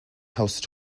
house